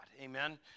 Amen